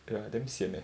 ya damn sian eh